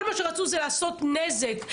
כל מה שרצו זה לעשות נזק,